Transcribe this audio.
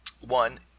One